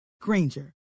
Granger